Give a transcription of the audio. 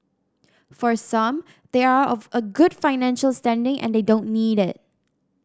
for some they are of a good financial standing and they don't need it